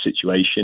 situation